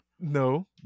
No